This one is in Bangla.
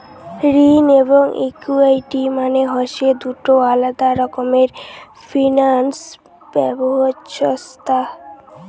ঋণ এবং ইকুইটি মানে হসে দুটো আলাদা রকমের ফিনান্স ব্যবছস্থা